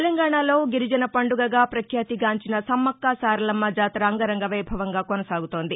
తెలంగాణలో గిరిజన పండుగగా పఖ్యాతి గాంచిన సమ్మక్క సారలమ్మ జాతర అంగరంగ వైభవంగా కొనసాగుతోంది